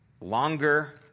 longer